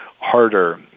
harder